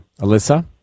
Alyssa